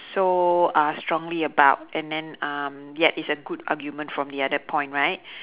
so uh strongly about and then um yet it's a good argument from the other point right